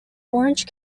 orange